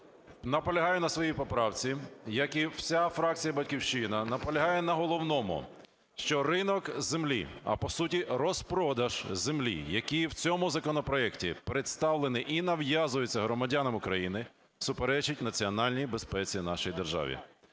Наполягаю на своїй поправці, як і вся фракція "Батьківщина", наполягає на головному, що ринок землі, а, по суті, розпродаж землі, який в цьому законопроекті представлений і нав'язується громадянам України, суперечить національній безпеці нашій державі.